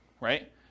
right